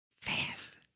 Fast